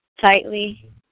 tightly